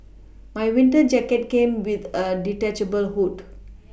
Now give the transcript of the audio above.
my winter jacket came with a detachable hood